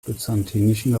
byzantinischen